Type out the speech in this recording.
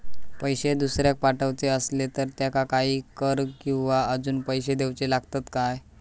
पैशे दुसऱ्याक पाठवूचे आसले तर त्याका काही कर किवा अजून पैशे देऊचे लागतत काय?